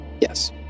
Yes